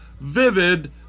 vivid